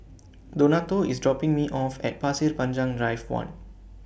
Donato IS dropping Me off At Pasir Panjang Drive one